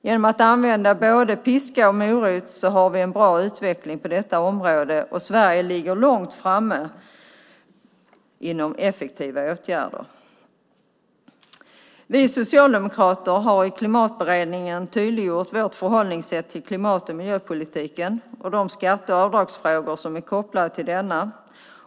Genom att använda både piska och morot har vi en bra utveckling på detta område, och Sverige ligger långt framme när det gäller effektiva åtgärder. Vi socialdemokrater har i Klimatberedningen tydliggjort vårt förhållningssätt till klimat och miljöpolitiken och de skatte och avdragsfrågor som är kopplade till denna.